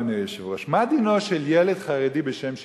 אדוני היושב-ראש: מה דינו של ילד חרדי בשם שטרית?